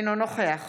אינו נוכח